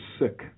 sick